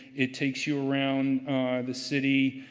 it takes you around the city.